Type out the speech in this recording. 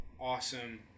awesome